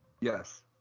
Yes